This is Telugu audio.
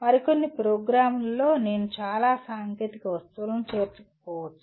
మరికొన్ని ప్రోగ్రామ్లో నేను చాలా సాంకేతిక వస్తువులను చేర్చకపోవచ్చు